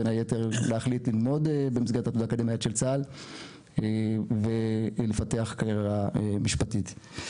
בין היתר להחליט ללמוד במסגרת אקדמאית של צה"ל ולפתח קריירה משפטית.